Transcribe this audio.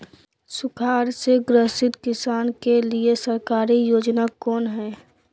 सुखाड़ से ग्रसित किसान के लिए सरकारी योजना कौन हय?